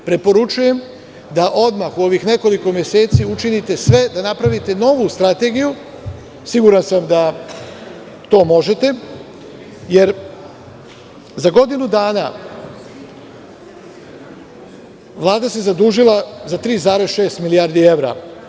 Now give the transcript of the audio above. Preporučujem da odmah u ovih nekoliko meseci učinite sve da napravite novu strategiju, jer sam siguran da to možete, jer za godinu dana, Vlada se zadužila za 3,6 milijardi evra.